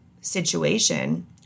situation